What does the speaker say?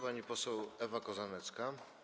Pani poseł Ewa Kozanecka.